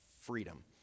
Freedom